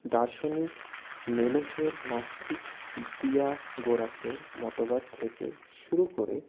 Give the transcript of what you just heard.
দার্শনিক সমসের নাস্তিক পিথাগোরাসের মতবাদ থেকে শুরু করে